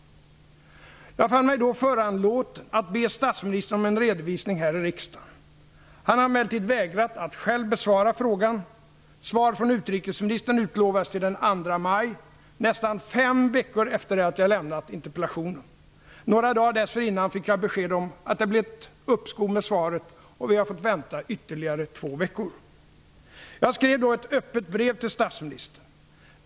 Jag fann mig då föranledd att be statsministern om en redovisning här i riksdagen. Han har emellertid vägrat att själv besvara frågan. Svar från utrikesministern utlovades till den 2 maj, nästan fem veckor efter att jag lämnat interpellationen. Några dagar dessförinnan fick jag besked om att svaret hade blivit uppskjutet, och jag har fått vänta i ytterligare två veckor. Jag skrev då ett öppet brev till statsministern.